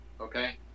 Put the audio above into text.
okay